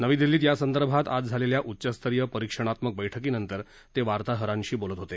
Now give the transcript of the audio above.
नवी दिल्लीत यासंदर्भात आज झालेल्या उच्चस्तरीय परिक्षणात्मक बैठकीनंतर ते वार्ताहरांशी बोलत होते